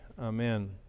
Amen